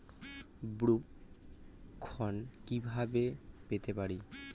স্বল্প ঋণ কিভাবে পেতে পারি?